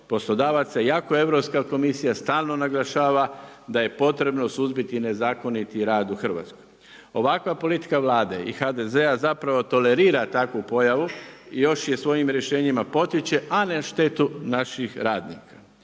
poslodavaca, iako Europska komisija, stalno naglašava da je potrebno suzbiti nezakoniti rad u Hrvatskoj. Ovakva politika Vlade i HDZ-a, zapravo tolerira takvu pojavu i još je svojim rješenjima potiče a na štetu naših radnika.